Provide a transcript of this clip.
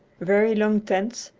very long tents,